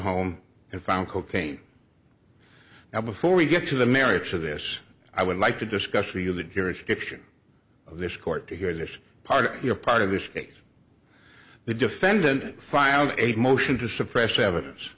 home and found cocaine now before we get to the merits of this i would like to discuss for you the jurisdiction of this court to hear this part of your part of this case the defendant filed a motion to suppress evidence